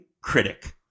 critic